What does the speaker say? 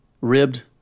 Ribbed